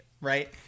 right